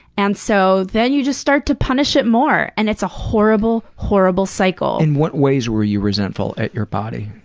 and so then you just start to punish it more. and it's a horrible, horrible cycle. in what ways were you resentful at your body?